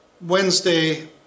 Wednesday